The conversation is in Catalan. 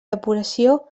depuració